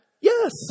Yes